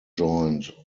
joined